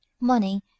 money